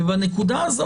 בנקודה הזאת,